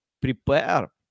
prepare